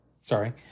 sorry